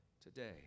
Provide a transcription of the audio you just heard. today